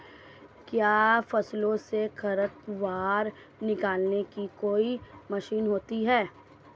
क्या फसलों से खरपतवार निकालने की कोई मशीन है?